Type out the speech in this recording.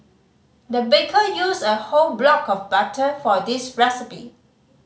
the baker used a whole block of butter for this recipe